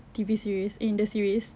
T_V series in the series